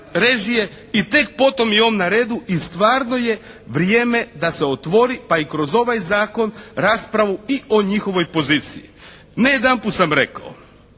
i tek potom je on na redu. I stvarno je vrijeme da se otvori pa i kroz ovaj zakon raspravu i o njihovoj poziciji. Ne jedanput sam rekao